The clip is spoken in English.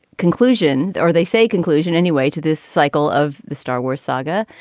conclusion or they say conclusion anyway to this cycle of the star wars saga.